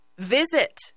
Visit